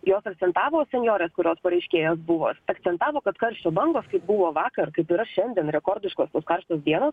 jos akcentavo senjorės kurio pareiškėjos buvo akcentavo kad karščio bangos kaip buvo vakar kaip yra šiandien rekordiškos karštos dienos